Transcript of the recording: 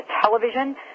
television